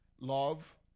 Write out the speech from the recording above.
Love